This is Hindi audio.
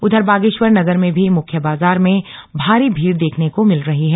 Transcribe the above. उधर बागेश्वर नगर में भी मुख्य बाजार में भारी भीड़ देखने को मिल रही है